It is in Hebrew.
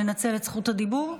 לנצל את זכות הדיבור?